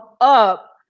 up